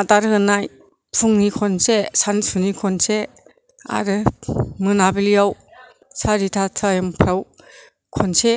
आदार होनाय फुंनि खनसे सानसुनि खनसे आरो मोनाबिलियाव सारिथा टाइमफ्राव खनसे